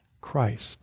Christ